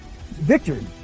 Victory